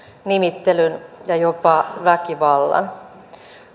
nimittelyn ja jopa väkivallan